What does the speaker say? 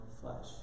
flesh